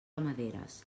ramaderes